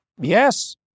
Yes